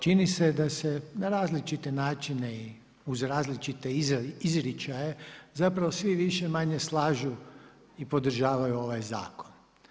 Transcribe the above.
Čini se da se na različite načine i uz različite izričaje zapravo svi više-manje slažu i podržavaju ovaj zakon.